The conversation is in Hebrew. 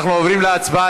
אנחנו עוברים להצבעה.